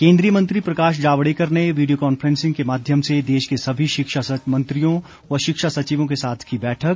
केंद्रीय मंत्री प्रकाश जावड़ेकर ने वीडियो कांफ्रेंसिंग के माध्यम से देश के सभी शिक्षा मंत्रियों व शिक्षा सचिवों के साथ की बैठक